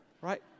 right